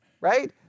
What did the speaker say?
right